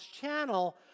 channel